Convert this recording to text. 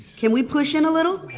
can we push in a little?